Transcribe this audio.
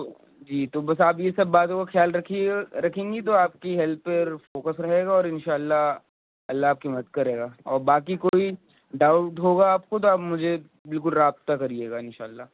تو جی تو بس آپ یہ سب باتوں کا خیال رکھیے رکھیں گی تو آپ کی ہیلتھ پر فوکس رہے گا اور انشا اللہ اللہ آپ کی مد کرے گا اور باقی کوئی ڈاؤٹ ہوگا آپ کو تو آپ مجھے بالکل رابطہ کریے گا انشاء اللہ